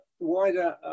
wider